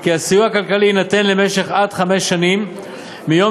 וכי הסיוע הכלכלי יינתן למשך עד חמש שנים מיום